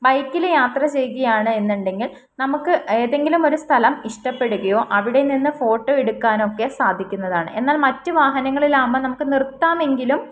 ബൈക്കിൽ യാത്ര ചെയ്യുകയാണ് എന്നുണ്ടെങ്കിൽ നമുക്ക് ഏതെങ്കിലും ഒരു സ്ഥലം ഇഷ്ടപ്പെടുകയോ അവിടെ നിന്ന് ഫോട്ടോ എടുക്കാനൊക്കെ സാധിക്കുന്നതാണ് എന്നാൽ മറ്റു വാഹനങ്ങളിലാകുമ്പോൾ നമുക്ക് നിർത്താമെങ്കിലും